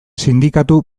sindikatu